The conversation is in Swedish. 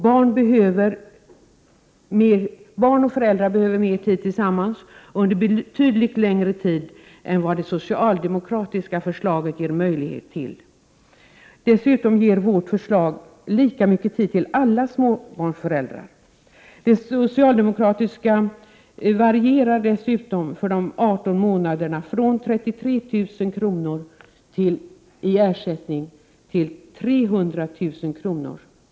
Barn och föräldrar behöver mer tid tillsammans under betydligt längre tid än vad det socialdemokratiska förslaget ger möjlighet till. Dessutom ges enligt vårt förslag lika mycket tid till alla småbarnsföräldrar. Den ekonomiska ersättningen enligt det socialdemokratiska förslaget varierar dessutom för de 18 månaderna från 33 000 kr. till 300 000 kr.